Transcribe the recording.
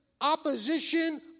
opposition